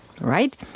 Right